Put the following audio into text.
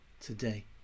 today